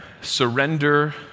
surrender